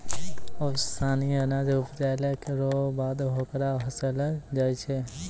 ओसानी अनाज उपजैला रो बाद होकरा ओसैलो जाय छै